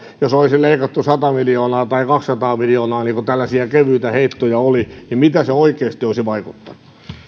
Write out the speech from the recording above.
jos olisi leikattu sata miljoonaa tai kaksisataa miljoonaa niin kuin tällaisia kevyitä heittoja oli että mitä se oikeasti olisi vaikuttanut